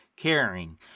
Caring